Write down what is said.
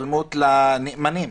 השתלמות לנאמנים,